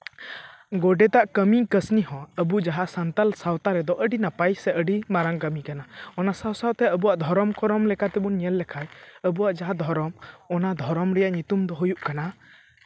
ᱜᱳᱰᱮᱛᱟᱜ ᱠᱟᱹᱢᱤ ᱠᱟᱹᱥᱱᱤ ᱦᱚᱸ ᱟᱵᱚ ᱡᱟᱦᱟᱸ ᱥᱟᱱᱛᱟᱲ ᱥᱟᱶᱛᱟ ᱨᱮᱫᱚ ᱟᱹᱰᱤ ᱱᱟᱯᱟᱭ ᱥᱮ ᱟᱹᱰᱤ ᱢᱟᱨᱟᱝ ᱠᱟᱹᱢᱤ ᱠᱟᱱᱟ ᱚᱱᱟ ᱥᱟᱶ ᱥᱟᱶᱛᱮ ᱟᱵᱚᱣᱟᱜ ᱫᱷᱚᱨᱚᱢ ᱠᱚᱨᱚᱢ ᱞᱮᱠᱟ ᱛᱮᱵᱚᱱ ᱧᱮᱞ ᱞᱮᱠᱷᱟᱱ ᱟᱵᱚᱣᱟᱜ ᱡᱟᱦᱟᱸ ᱫᱷᱚᱨᱚᱢ ᱚᱱᱟ ᱫᱷᱚᱨᱚᱢ ᱨᱮᱭᱟᱜ ᱧᱩᱛᱩᱢ ᱫᱚ ᱦᱩᱭᱩᱜ ᱠᱟᱱᱟ